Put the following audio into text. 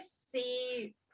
see